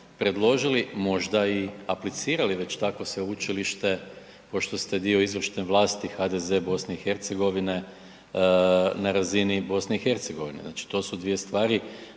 predložili, možda i aplicirali već takvo sveučilište, pošto ste dio izvršne vlasti HDZ BiH na razini BiH. Znači to su dvije stvari,